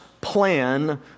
plan